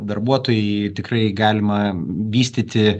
darbuotojai tikrai galima vystyti